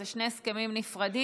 הרי אלה שני הסכמים נפרדים.